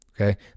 Okay